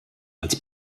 als